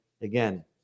Again